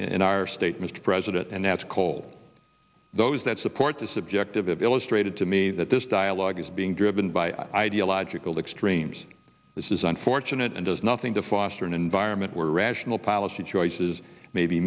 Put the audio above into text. in our state mr president and that's coal those that support the subject of illustrated to me that this dialogue is being driven by ideological extremes this is unfortunate and does nothing to foster an environment where rational policy choices may be